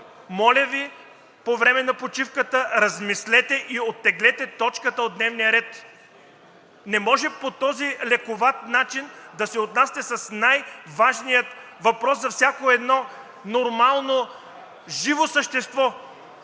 Моля Ви, по време на почивката размислете и оттеглете точката от дневния ред. Не може по този лековат начин да се отнасяте с най-важния въпрос за всяко едно нормално живо същество.